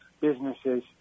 businesses